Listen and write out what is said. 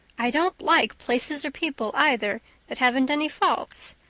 i don't like places or people either that haven't any faults.